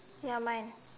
ya mine